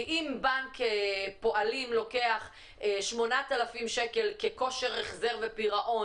כי אם בנק הפועלים לוקח 8,000 שקל ככושר החזר ופירעון